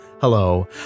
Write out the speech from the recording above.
Hello